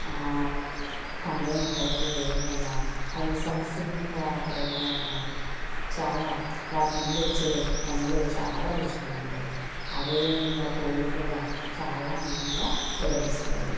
పండ్ల మొక్కలకి వేయడం వల్ల అవి సహజసిద్ధంగా పెరగడం వల్ల చాలా వాటి నుండి వచ్చే పండ్లు చాలా రుచిగా ఉంటాయి అదేవిధంగా పువ్వులు కూడా చాలా అందంగా విరబూస్తాయి